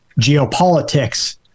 geopolitics